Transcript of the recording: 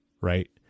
right